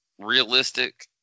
realistic